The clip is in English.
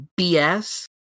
BS